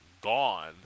gone